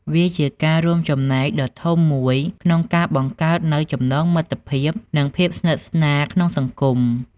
វាជាការរួមចំណែកដ៏ធំមួយក្នុងការបង្កើតនូវចំណងមិត្តភាពនិងភាពស្និទ្ធស្នាលក្នុងសង្គម។